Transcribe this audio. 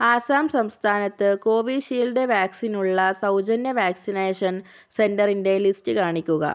ആസാം സംസ്ഥാനത്ത് Covishield vaccine ഉള്ള സൗജന്യ വാക്സിനേഷൻ സെന്ററിൻ്റെ ലിസ്റ്റ് കാണിക്കുക